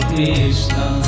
Krishna